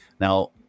Now